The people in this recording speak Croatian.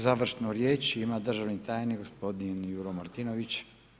Završnu riječ ima državni tajnik, gospodin Juro Martivnović.